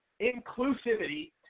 inclusivity